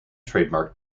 trademark